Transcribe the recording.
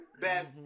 Best